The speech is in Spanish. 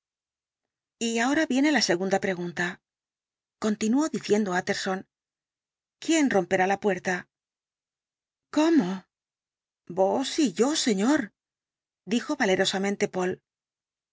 y ahora viene la segunda pregunta continuó diciendo utterson quién romperá la puerta cómo vos y yo señor dijo valerosamente poole